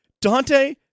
Dante